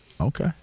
okay